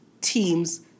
teams